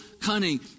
cunning